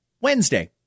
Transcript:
Wednesday